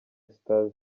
stars